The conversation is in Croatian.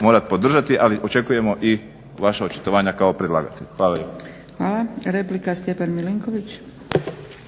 morati podržati. Ali očekujemo i vaša očitovanja kao predlagatelja. Hvala